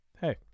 hey